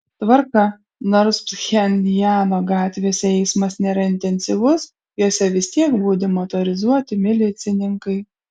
tvarka nors pchenjano gatvėse eismas nėra intensyvus jose vis tiek budi motorizuoti milicininkai